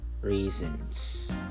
reasons